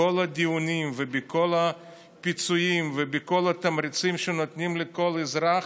בכל הדיונים ובכל פיצויים ובכל התמריצים שנותנים לכל אזרח,